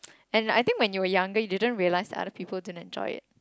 and like I think when you were younger you didn't realise other people didn't enjoy it